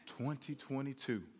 2022